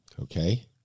Okay